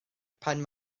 pan